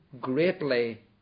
greatly